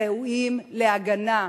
ראויים להגנה.